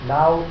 now